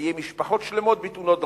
חיי משפחות שלמות בתאונות דרכים.